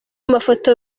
mafoto